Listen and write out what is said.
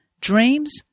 Dreams